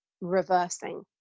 reversing